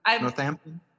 Northampton